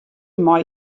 mei